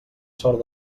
sort